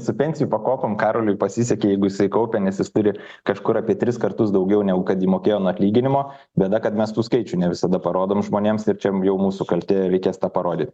su pensijų pakopom karoliui pasisekė jeigu jisai kaupia nes jis turi kažkur apie tris kartus daugiau negu kad įmokėjo nuo atlyginimo bėda kad mes tų skaičių ne visada parodom žmonėms ir čia jau mūsų kaltė reikės tą parodyt